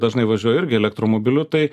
dažnai važiuoju irgi elektromobiliu tai